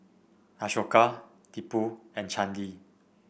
Ashoka Tipu and Chandi